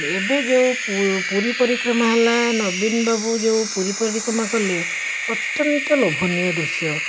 ଏବେ ଯେଉଁ ପୁରୀ ପରିକ୍ରମା ହେଲା ନବୀନବାବୁ ଯେଉଁ ପୁରୀ ପରିକ୍ରମା କଲେ ଅତ୍ୟନ୍ତ ଲୋଭନୀୟ ଦୃଶ୍ୟ